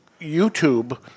YouTube